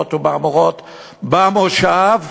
בורות ומהמורות במושב.